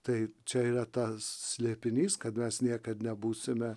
tai čia yra tas slėpinys kad mes niekad nebūsime